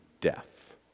death